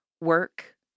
work